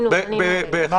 מה הם אמרו?